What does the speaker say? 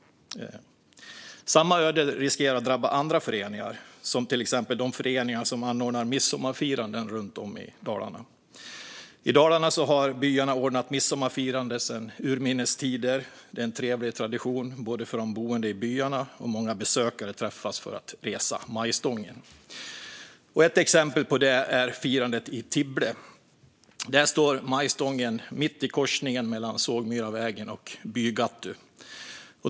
Samma öde riskerar att drabba andra föreningar, till exempel de föreningar som anordnar midsommarfiranden runt om i Dalarna. I Dalarna har byarna ordnat midsommarfirande sedan urminnes tider. Det är en trevlig tradition både för de boende i byarna och för många besökare, som träffas för att resa majstången. Ett exempel är firandet i Tibble. Där står majstången mitt i korsningen mellan Sågmyravägen och Bygattu.